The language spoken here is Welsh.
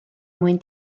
mwyn